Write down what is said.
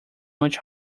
much